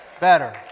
Better